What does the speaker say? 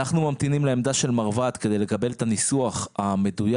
אנחנו ממתינים לעמדה של מרב"ד כדי לקבל את הניסוח המדויק